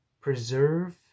preserve